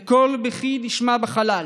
וקול בכי נשמע בחלל.